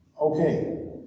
Okay